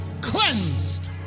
cleansed